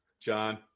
John